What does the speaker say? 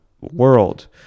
world